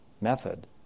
method